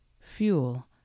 fuel